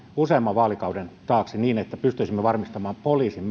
useamman vaalikauden taakse niin että pystyisimme varmistamaan poliisin